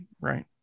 right